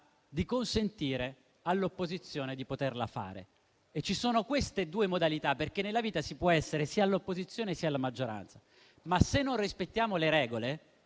di consentire all'opposizione di farla. Ci sono queste due modalità, perché nella vita si può essere sia all'opposizione, sia in maggioranza, ma se non rispettiamo le regole